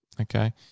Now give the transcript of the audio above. Okay